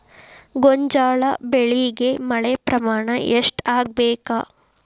ಗೋಂಜಾಳ ಬೆಳಿಗೆ ಮಳೆ ಪ್ರಮಾಣ ಎಷ್ಟ್ ಆಗ್ಬೇಕ?